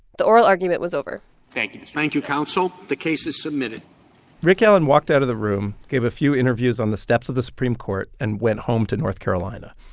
the oral argument was over thank you thank you, counsel. the case is submitted rick allen walked out of the room, gave a few interviews on the steps of the supreme court and went home to north carolina.